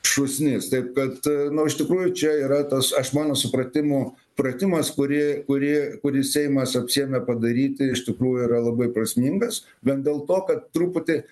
šūsnis taip kad nu iš tikrųjų čia yra tas aš mano supratimu pratimas kurį kurį kurį seimas apsiėmė padaryti iš tikrųjų yra labai prasmingas vien dėl to kad truputį